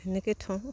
সেনেকে থওঁ